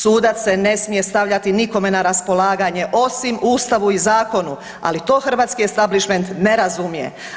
Sudac se ne smije stavljati nikome na raspolaganje osim Ustavu i zakonu, ali to hrvatski establishment ne razumije.